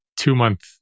two-month